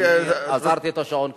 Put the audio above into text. אני עצרתי את השעון כדי,